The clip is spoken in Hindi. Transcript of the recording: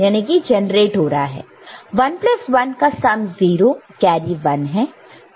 11 का सम 0 और कैरी 1 है